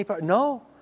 No